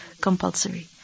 compulsory